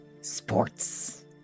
Sports